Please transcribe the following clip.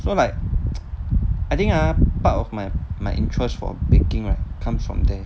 so like I think ah part of my my interest for baking right comes from there